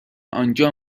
آنجا